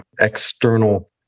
external